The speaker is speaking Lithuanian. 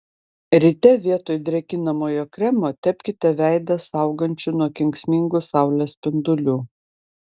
ryte vietoj drėkinamojo kremo tepkite veidą saugančiu nuo kenksmingų saulės spindulių